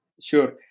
Sure